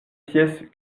pièces